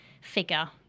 figure